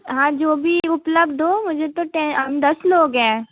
हाँ जो भी उपलब्ध हो मुझे तो टै हम दस लोग हैं